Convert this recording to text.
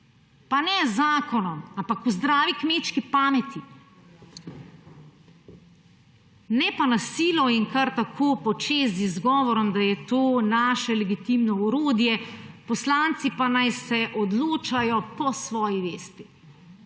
pa ne z zakonom, ampak po zdravi kmečki pameti, ne pa na silo in kar tako, počez, z izgovorom, da je to naše legitimno orodje, poslanci pa naj se odločajo po svoji vesti.